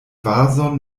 vazon